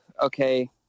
okay